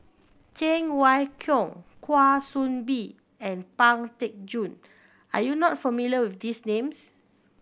Cheng Wai Keung Kwa Soon Bee and Pang Teck Joon are you not familiar with these names